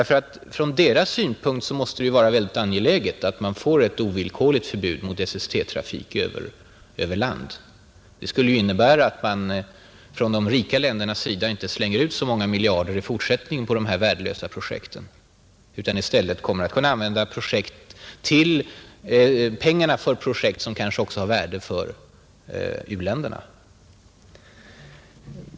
Från deras synpunkt måste det ju vara väldigt angeläget att man får ett ovillkoligt förbud mot SST-trafik över land. Det skulle ju innebära att de rika länderna inte slänger ut så många miljarder i fortsättningen på de här skäligen värdelösa projekten utan i stället använder pengarna för projekt som kanske också har positiv betydelse för u-länderna.